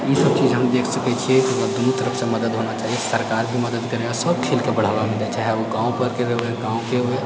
ईसब चीज हम देखि सकैत छियै कि हमरा दुनू तरफसँ मदद होना चाही सरकार भी मदद करए आओर सब खेलके बढ़ावा मिलए चाहए ओ गाँव परके हुए गाँवके हुए